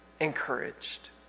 encouraged